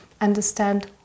understand